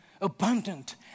Abundant